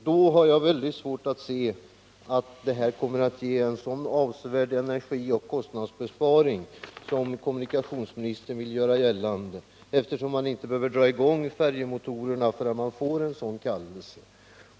Då har jag väldigt svårt att se att nuvarande förhållanden skulle innebära en så avsevärd energioch kostnadsbesparing som kommunikationsministern vill göra gällande, eftersom man inte behöver dra i gång färjemotorerna förrän man får en sådan kallelse.